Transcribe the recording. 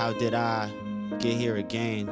how did i get here again